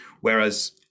whereas